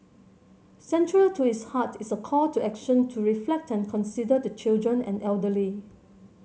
central to its heart is a call to action to reflect and consider the children and elderly